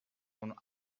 from